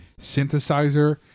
synthesizer